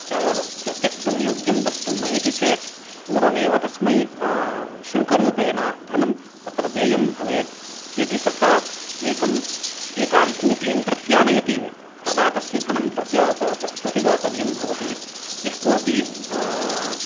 त्य त्यक्तुं योग्यं वस्तु नयति चेत् पूर्वमेव तस्मै शुल्करूपेण धनं तत्र देयं भवेत् यदि सः एकम् एकां कूपीं प्रत्यानयति तदा तस्य धनं प्रत्या प्रतिदातव्यं भवति यः कोऽपि